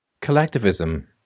collectivism